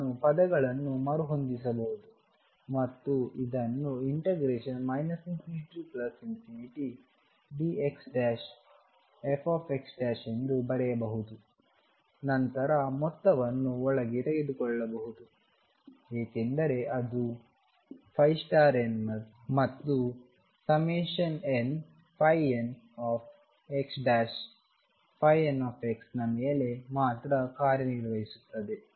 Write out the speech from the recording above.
ನಾನು ಪದಗಳನ್ನು ಮರುಹೊಂದಿಸಬಹುದು ಮತ್ತು ಇದನ್ನು ∞dxfx ಎಂದು ಬರೆಯಬಹುದು ನಂತರ ಮೊತ್ತವನ್ನು ಒಳಗೆ ತೆಗೆದುಕೊಳ್ಳಬಹುದು ಏಕೆಂದರೆ ಅದು n ಮತ್ತು nnxn ನ ಮೇಲೆ ಮಾತ್ರ ಕಾರ್ಯನಿರ್ವಹಿಸುತ್ತದೆ